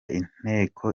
inteko